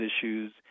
issues